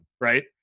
right